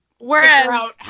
Whereas